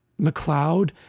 McLeod